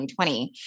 2020